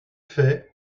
fait